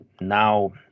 now